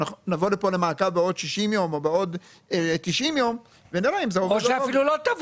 שנבוא לפה למעקב בעוד 60 יום או בעוד 90 יום ונראה אם זה עובד או לא.